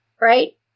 right